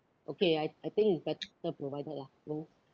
okay I I think it's better provided lah you know